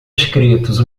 escritos